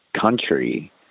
country